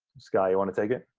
skye, you wanna take it?